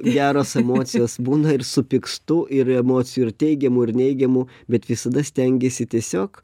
geros emocijos būna ir supykstu ir emocijų ir teigiamų ir neigiamų bet visada stengiesi tiesiog